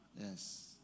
Yes